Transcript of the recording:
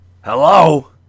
Hello